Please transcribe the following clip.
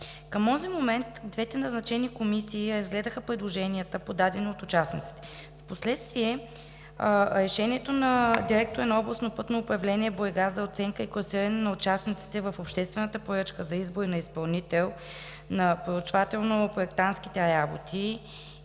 Към онзи момент двете назначени комисии разгледаха предложенията, подадени от участниците. Впоследствие решението на директора на Областно пътно управление – Бургас, за оценка и класиране на участниците в обществената поръчка за избор на изпълнител на проучвателно-проектантските работи